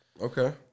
Okay